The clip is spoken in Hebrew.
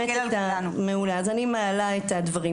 מעולה, אז אני מעלה את הדברים.